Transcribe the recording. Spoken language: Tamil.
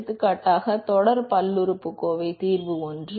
எடுத்துக்காட்டாக தொடர் பல்லுறுப்புக்கோவை தீர்வு ஒன்று